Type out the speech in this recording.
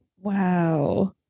Wow